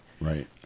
right